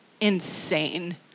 insane